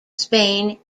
spain